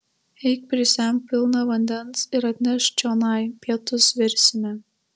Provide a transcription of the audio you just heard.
eik prisemk pilną vandens ir atnešk čionai pietus virsime